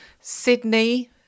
Sydney